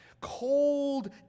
cold